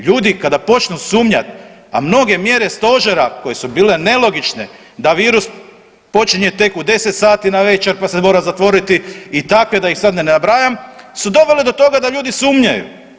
Ljudi kada počnu sumnjati, a mnoge mjere stožera koje su bile nelogične da virus počinje tek u 10 sati navečer pa se mora zatvoriti i takve da ih sad ne nabrajam su dovele do toga da ljudi sumnjaju.